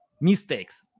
mistakes